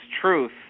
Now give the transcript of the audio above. truth